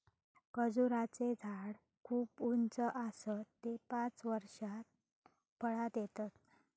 खजूराचें झाड खूप उंच आसता ते पांच वर्षात फळां देतत